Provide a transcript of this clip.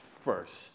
first